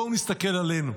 בואו נסתכל עלינו.